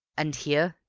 and here?